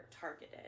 targeted